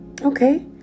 okay